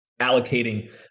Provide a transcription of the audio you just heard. allocating